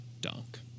dunk